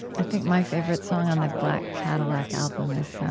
i think my favorite song on the black cadillac album is